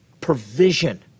provision